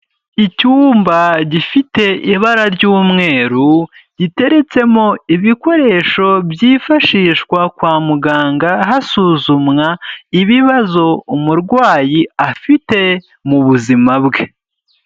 Icyumba gifite ibara ry'umweru giteretsemo ibikoresho byifashishwa kwa muganga, hasuzumwa ibibazo umurwayi afite mu buzima bwe.